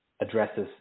addresses